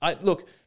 look